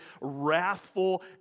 wrathful